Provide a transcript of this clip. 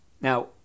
Now